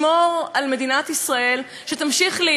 שתמשיך להיות הבית היהודי